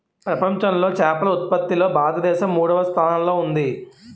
ప్రపంచంలో చేపల ఉత్పత్తిలో భారతదేశం మూడవ స్థానంలో ఉంది